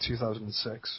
2006